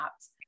apps